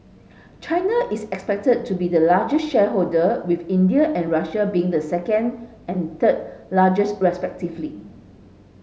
China is expected to be the largest shareholder with India and Russia being the second and third largest respectively